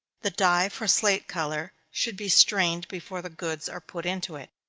the dye for slate color should be strained before the goods are put into it.